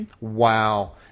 Wow